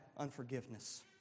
unforgiveness